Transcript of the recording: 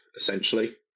essentially